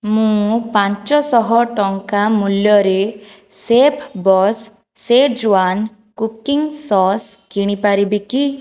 ମୁଁ ପାଞ୍ଚଶହ ଟଙ୍କା ମୂଲ୍ୟରେ chef boss schezwan cooking sauce କିଣିପାରିବି କି